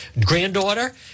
granddaughter